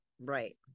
Right